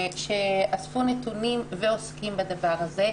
שאספו נתונים ועוסקים בדבר הזה.